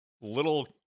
little